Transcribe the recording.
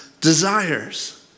desires